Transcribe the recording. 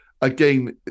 Again